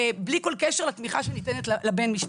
בלי כל קשר לתמיכה שניתנת לבן המשפחה.